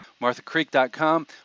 MarthaCreek.com